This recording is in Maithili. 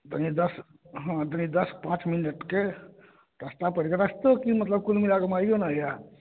पहिले दस हँ कनि दस पॉँच मिनटके रास्ता पड़ि जायत रस्तो की मतलब कुल मिलाकऽ मानियौ ने यएह